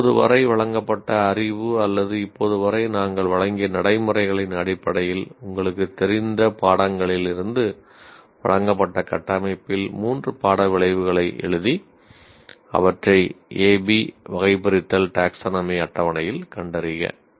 இப்போது வரை வழங்கப்பட்ட அறிவு அல்லது இப்போது வரை நாங்கள் வழங்கிய நடைமுறைகளின் அடிப்படையில் உங்களுக்குத் தெரிந்த பாடங்களிலிருந்து வழங்கப்பட்ட கட்டமைப்பில் மூன்று பாட விளைவுகளை எழுதி அவற்றை ஏபி அட்டவணையில் கண்டறிக